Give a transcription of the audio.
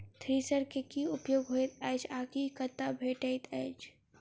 Thresher केँ की उपयोग होइत अछि आ ई कतह भेटइत अछि?